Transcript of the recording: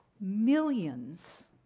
millions